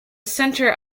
center